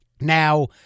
Now